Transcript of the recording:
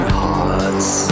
hearts